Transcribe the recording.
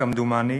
כמדומני,